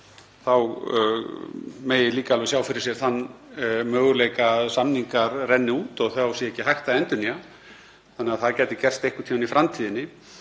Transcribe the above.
þá megi líka alveg sjá fyrir sér þann möguleika að samningar renni út og þá sé ekki hægt að endurnýja, þannig að það gæti gerst einhvern tímann í framtíðinni.